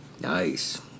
Nice